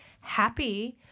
happy